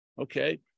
Okay